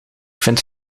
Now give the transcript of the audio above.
vind